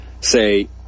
say